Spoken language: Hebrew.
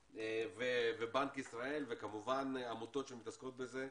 ובנק ישראל וכמובן עמותות שמתעסקות בזה,